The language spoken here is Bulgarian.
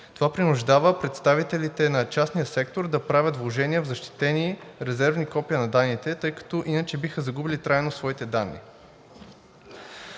Това принуждава представителите на частния сектор да правят вложения в защитени резервни копия на данните, тъй като иначе биха загубили трайно своите данни.